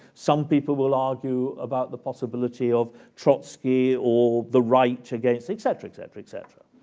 some people will argue about the possibility of trotsky or the right against, etc, etc, etc.